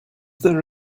there